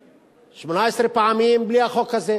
18 פעמים בלי החוק הזה,